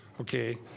Okay